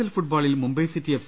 L ഫൂട്ബോളിൽ Mumbai City F